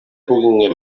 puguin